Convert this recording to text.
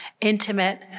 intimate